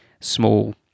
small